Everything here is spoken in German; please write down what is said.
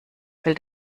fällt